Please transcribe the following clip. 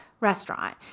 restaurant